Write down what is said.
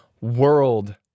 world